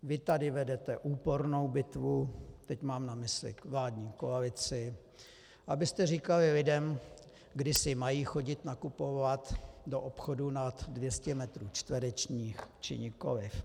Vy tady vedete úpornou bitvu, teď mám na mysli vládní koalici, abyste říkali lidem, kdy si mají chodit nakupovat do obchodů nad 200 metrů čtverečních, či nikoliv.